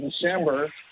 december